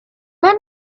let